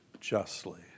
justly